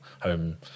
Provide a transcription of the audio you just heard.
home